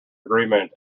agreement